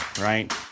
right